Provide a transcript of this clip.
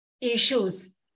issues